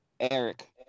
Eric